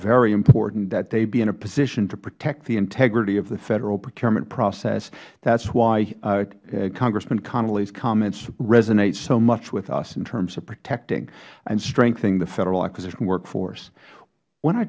very important that they be in a position to protect the integrity of the federal procurement process that is why congressman connollys comments resonate so much with us in terms of protecting and strengthening the federal acquisition workforce when i